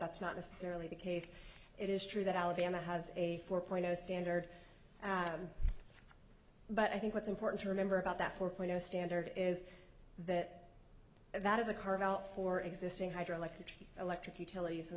that's not necessarily the case it is true that alabama has a four point zero standard but i think what's important to remember about that four point zero standard is that that is a carvel for existing hydro electric electric utilities